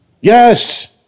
Yes